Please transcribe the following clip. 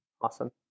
awesome